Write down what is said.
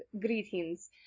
greetings